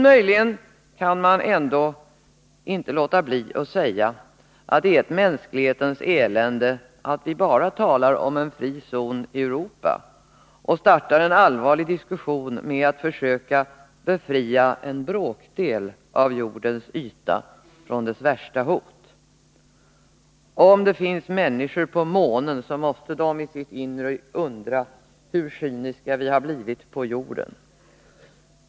Möjligen kan man ändå inte låta bli att säga att det är ett mänsklighetens elände att vi bara talar om en fri zon i Europa och startar en allvarlig diskussion med att försöka befria en bråkdel av jordens yta från dess värsta hot. Om det finns människor på månen, måste de i sitt inre undra hur cyniska vi har blivit på jorden.